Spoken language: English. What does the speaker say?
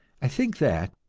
i think that,